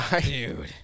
Dude